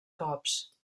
cops